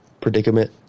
predicament